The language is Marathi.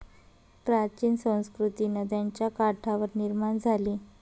प्राचीन संस्कृती नद्यांच्या काठावर निर्माण झाली